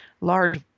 large